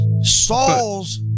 Saul's